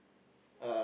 uh